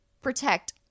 protect